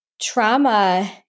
trauma